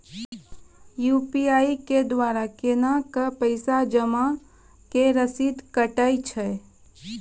UPI के द्वारा केना कऽ पैसा जमीन के रसीद कटैय छै?